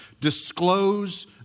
disclose